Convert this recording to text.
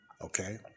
Okay